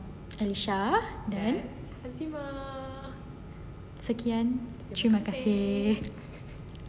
alisha dan sekian terima kasih